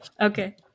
Okay